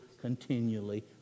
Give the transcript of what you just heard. continually